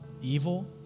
evil